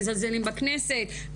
מזלזלים בכנסת.